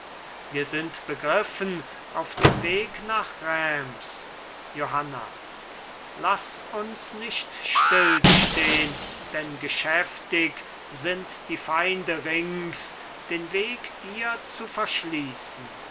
wir sind begriffen auf dem weg nach reims johanna laß uns nicht still stehn denn geschäftig sind die feinde rings den weg dir zu verschließen